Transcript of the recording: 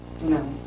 No